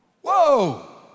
Whoa